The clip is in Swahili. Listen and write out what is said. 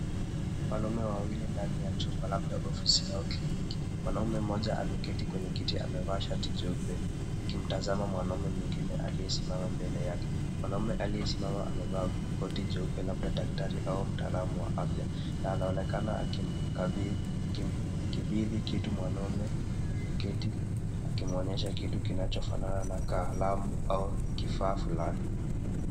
Wanaume wawili ndani ya chumba labda ofisi au kliniki. Mwanaume mmoja ameketi kwenye kiti, amevaa shati jeupe akimtazama mwanaume mwingine aliyesimama mbele yake. Mwanaume aliyesimama amevaa koti jeupe, labda daktari au mtaalamu wa afya na anaonekana akimkabidhi kitu mwanaume aliyeketi, akimuonyesha kitu kinachofanana na kalamu au kifaa fulani.